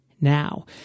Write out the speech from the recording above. Now